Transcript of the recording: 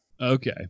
Okay